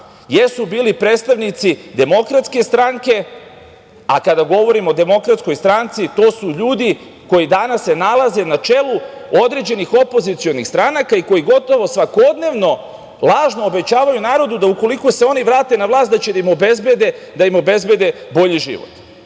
jesu bili predstavnici Demokratske stranke. A, kada govorimo o Demokratskoj stranci, to su ljudi koji danas se nalaze na čelu određenih opozicionih stranaka i koji gotovo svakodnevno lažno obećavaju narodu da ukoliko se oni vrate na vlast, da će da im obezbede bolji život. Vi